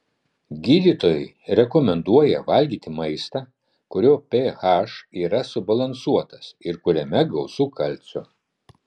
gydytojai rekomenduoja valgyti maistą kurio ph yra subalansuotas ir kuriame gausu kalcio